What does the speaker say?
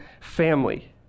family